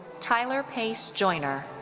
tyler pace joiner.